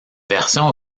version